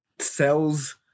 sells